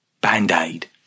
Band-Aid